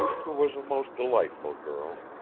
who was a most delightful girl.